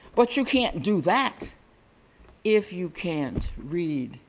but you can't do that if you can't read